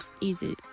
easy